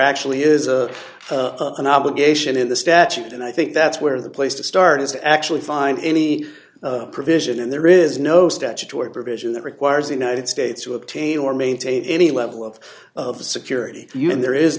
actually is a an obligation in the statute and i think that's where the place to start is actually find any provision in there is no statutory provision that requires the united states to obtain or maintain any level of of security in there is